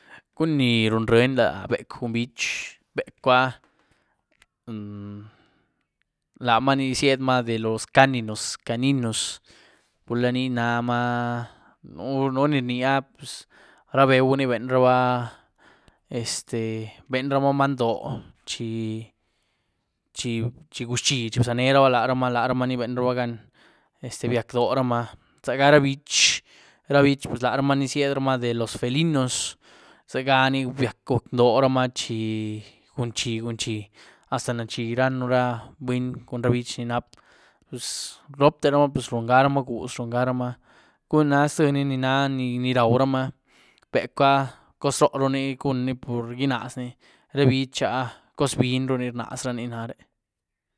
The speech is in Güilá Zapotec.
Cun ni run ryien la becw cun biéch, becw áh mmmm- laámaa ní ziedmaa de los canínos-caninos pur la ní nahmaa, nú ní rní áh pus raa beuu ní benruba este benruuba many dóoh chi-chi guc´xhii chi bzaneruuba láhramaa-láhramaa ni benruubagan este byiac´dóohramaa, zagara biéch, ra biéch láhramaa ziedramaa de los felinos, zieganí byac-guc´dóohramaa chi gunxhi-gunxhi hasta naxhi ranhú ra buny cun ra biéch ni nap bzzs ropterumaa pz rungaramaa guz, rungaramaa, cun ni na ztíení ní rawramaa, becw áh cozroruní gun ní pur gyienazní, ra biéch áh cozbienyruni rnazraní nare.